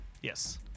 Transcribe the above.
yes